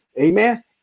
Amen